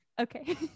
okay